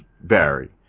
Barry